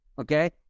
okay